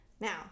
Now